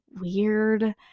weird